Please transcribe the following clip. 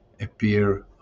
appear